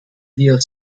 wir